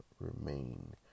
remain